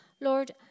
Lord